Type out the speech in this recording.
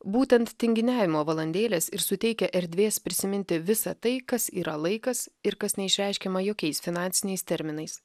būtent tinginiavimo valandėlės ir suteikia erdvės prisiminti visą tai kas yra laikas ir kas neišreiškiama jokiais finansiniais terminais